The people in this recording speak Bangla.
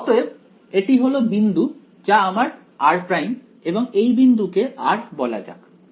অতএব এটি হলো বিন্দু যা আমার r' এবং এই বিন্দু কে r বলা যাক